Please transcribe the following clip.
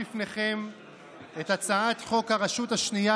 בגימטרייה: 777,